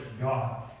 God